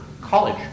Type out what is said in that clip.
college